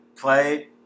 play